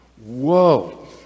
Whoa